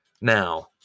Now